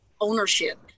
ownership